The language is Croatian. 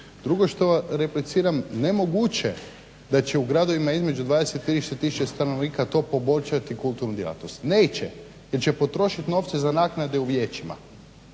Drugo što repliciram nemoguće da će u gradovima između 20 i 30 tisuća stanovnika to poboljšati kulturnu djelatnost. Neće, jer će potrošiti novce za naknade u vijećima,